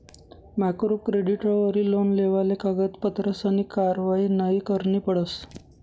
micro क्रेडिटवरी loan लेवाले कागदपत्रसनी कारवायी नयी करणी पडस